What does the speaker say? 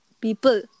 People